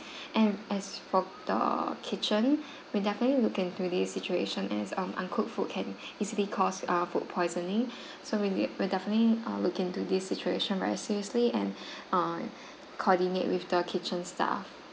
and as for the kitchen we'll definitely look into this situation as um uncooked food can easily cause err food poisoning so we will definitely err look into this situation very seriously and err coordinate with the kitchen staff